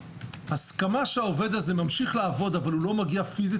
הסכמה שהעובד הזה ממשיך לעבוד אבל הוא לא מגיע פיזית